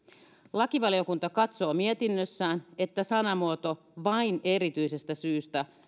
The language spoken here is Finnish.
lakivaliokunta katsoo mietinnössään että sanamuoto vain erityisestä syystä